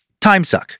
timesuck